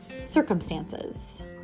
circumstances